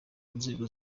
nzego